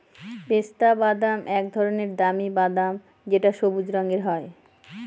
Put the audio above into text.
পেস্তা বাদাম এক ধরনের দামি বাদাম যেটা সবুজ রঙের হয়